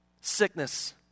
Sickness